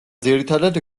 ძირითადად